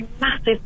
massive